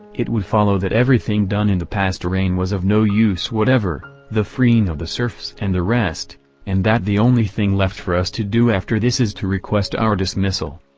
it would follow that everything done in the past reign was of no use whatever the freeing of the serfs and the rest and that the only thing left for us to do after this is to request our dismissal.